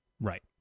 Right